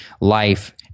life